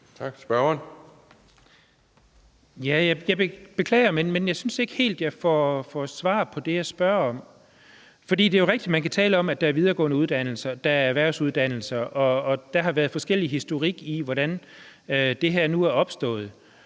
Dahl (DF): Jeg beklager, men jeg synes ikke helt, jeg får svar på det, jeg spørger om. For det er jo rigtigt, at man kan tale om, at der er videregående uddannelser og der er erhvervsuddannelser, og der er forskellig historik i, hvordan det her nu er opstået.